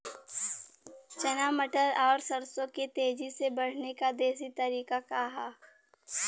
चना मटर और सरसों के तेजी से बढ़ने क देशी तरीका का ह?